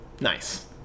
Nice